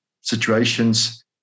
situations